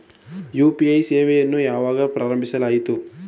UPI ಸೇವೆಯನ್ನು ಯಾವಾಗ ಪ್ರಾರಂಭಿಸಲಾಯಿತು?